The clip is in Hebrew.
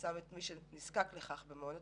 כשבמעונות